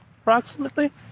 approximately